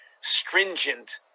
stringent